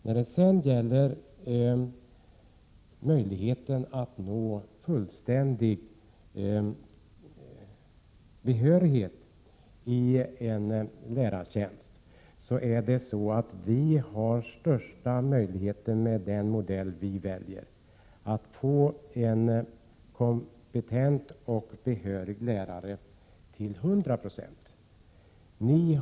När det gäller möjligheten att nå fullständig behörighet i en lärartjänst ger den modell vi väljer den största möjligheten att få en kompetent och behörig lärare till 100 26.